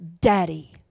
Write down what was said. daddy